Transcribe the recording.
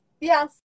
Yes